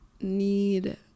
need